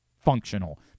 functional